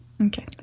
Okay